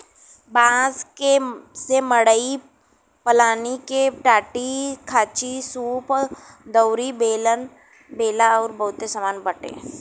बांस से मड़ई पलानी के टाटीखांचीसूप दउरी बेना अउरी बहुते सामान बनत बाटे